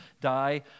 die